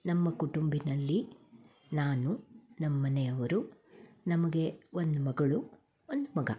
ನಮ್ಮ ಕುಟುಂಬದಲ್ಲಿ ನಾನು ನಮ್ಮ ಮನೆಯವರು ನಮಗೆ ಒಂದು ಮಗಳು ಒಂದು ಮಗ